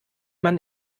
man